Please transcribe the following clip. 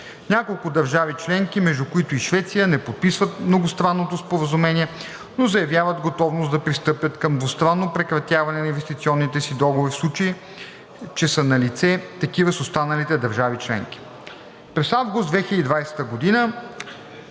Няколко държави членки, между които и Швеция, не подписват многостранното споразумение, но заявяват готовност да пристъпят към двустранно прекратяване на инвестиционните си договори, в случай че са налице такива с останалите държави членки. През август 2020 г.